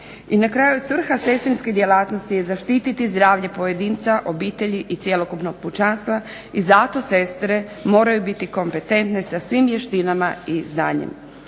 I na kraju svrha sestrinskih djelatnosti je zaštititi zdravlje pojedinca, obitelji i cjelokupnog pučanstva i zato sestre moraju biti kompetentne sa svim vještinama i znanjem.